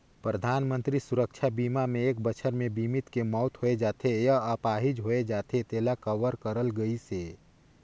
परधानमंतरी सुरक्छा बीमा मे एक बछर मे बीमित के मउत होय जाथे य आपाहिज होए जाथे तेला कवर करल गइसे